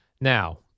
Now